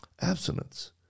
abstinence